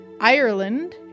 Ireland